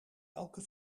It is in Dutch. elke